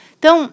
Então